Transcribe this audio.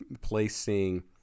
placing